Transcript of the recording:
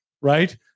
right